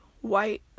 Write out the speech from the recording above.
white